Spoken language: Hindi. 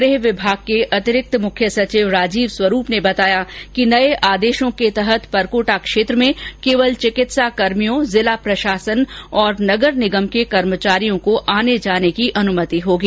गृह विभाग के अतिरिक्त मुख्य सचिव राजीव स्वरूप ने बताया कि नये आदेशों के तहत परकोटा क्षेत्र में केवल चिकित्साकर्मियों जिला प्रशासन पुलिस और नगर निगम के कर्मचारियों को आने जाने की अनुमति होगी